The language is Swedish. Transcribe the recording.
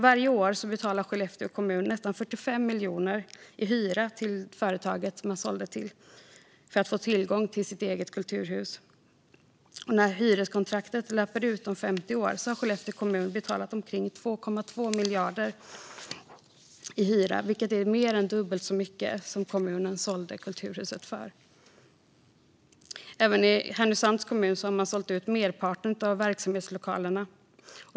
Varje år betalar Skellefteå kommun nästan 45 miljoner i hyra till företaget som man sålde till för att få tillgång till sitt eget kulturhus. När hyreskontraktet löper ut om 50 år har Skellefteå kommun betalat omkring 2,2 miljarder i hyra, vilket är mer än dubbelt så mycket som kommunen sålde kulturhuset för. Även i Härnösands kommun har man sålt ut merparten av verksamhetslokalerna.